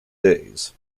days